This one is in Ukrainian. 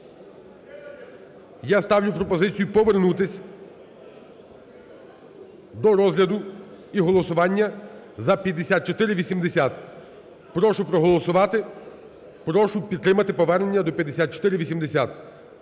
Я ставлю пропозицію повернутися до розгляду і голосування за 5480. Прошу проголосувати, прошу підтримати повернення до 5480.